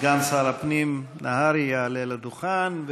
סגן שר הפנים נהרי יעלה לדוכן,